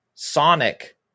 Sonic